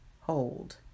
Hold